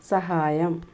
സഹായം